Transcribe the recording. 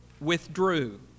withdrew